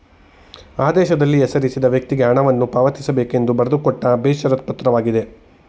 ಆದೇಶದಲ್ಲಿ ಹೆಸರಿಸಿದ ವ್ಯಕ್ತಿಗೆ ಹಣವನ್ನು ಪಾವತಿಸಬೇಕೆಂದು ಬರೆದುಕೊಟ್ಟ ಬೇಷರತ್ ಪತ್ರವಾಗಿದೆ